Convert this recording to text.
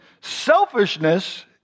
selfishness